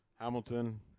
Hamilton